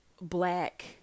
black